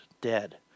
dead